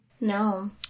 No